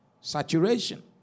Saturation